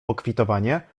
pokwitowanie